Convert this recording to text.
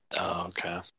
okay